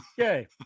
okay